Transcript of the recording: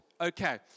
Okay